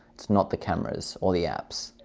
it's not the cameras or the apps.